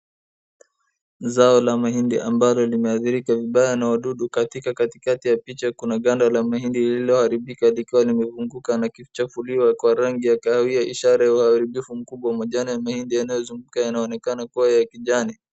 Zao la mahindi ambalo limeadhilika vibaya na wadudu katika katikati ya picha kuna ganda la mahindi lililoharibika likiwalimefunguka nakichafuliwa kwa rangi ya kahawia ishara ya uharibifu mkubwa. Majani ya mahindi yanayozunguka yanaonekana kuwa ya kijani.